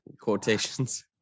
quotations